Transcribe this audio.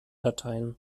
dateien